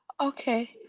Okay